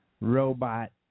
robot